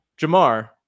Jamar